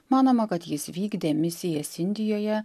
manoma kad jis vykdė misijas indijoje